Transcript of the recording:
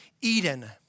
Eden